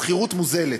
שכירות מוזלת.